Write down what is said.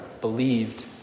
believed